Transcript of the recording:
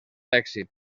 èxit